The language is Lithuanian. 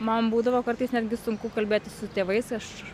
man būdavo kartais netgi sunku kalbėti su tėvais aš